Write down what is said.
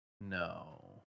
No